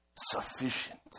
sufficient